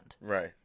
right